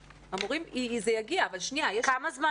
והמורים זה יגיע, אבל שנייה, יש --- כמה זמן